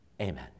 Amen